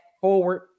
forward